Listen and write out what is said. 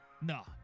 No